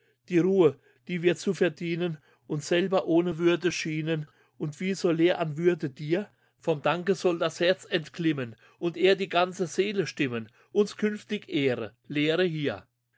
die ruhe die wir zu verdienen uns selber ohne mühe schienen und wie so leer an würde dir vom danke soll das herz entglimmen und er die ganze seele stimmen uns künftig ehre lehre hier